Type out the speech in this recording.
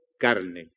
carne